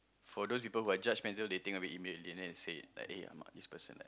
for those people who are judgmental they think a bit they never say it like eh I'm uh this person like